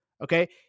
okay